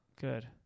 Good